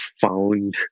found